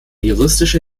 juristische